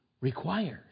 requires